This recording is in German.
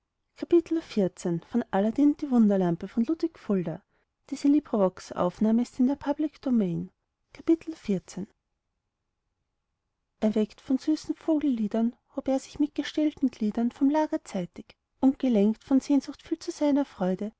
erweckt von süßen vogelliedern hob er sich mit gestählten gliedern vom lager zeitig und gelenkt von sehnsucht fiel zu seiner freude